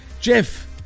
Jeff